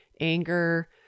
anger